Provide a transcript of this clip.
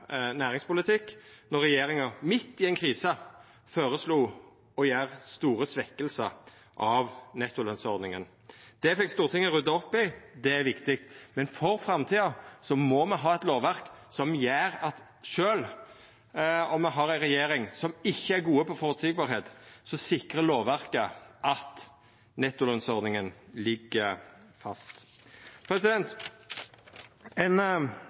næringspolitikk då regjeringa midt i ei krise føreslo å gjera store svekkingar av nettolønsordninga. Det fekk Stortinget rydda opp i, det er viktig, men for framtida må me – sjølv om me har ei regjering som ikkje er god når det gjeld det føreseielege – ha eit lovverk som sikrar at nettolønsordninga ligg fast.